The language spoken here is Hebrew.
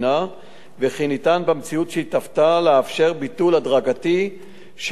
וכי ניתן במציאות שהתהוותה לאפשר ביטול הדרגתי של הפרדתו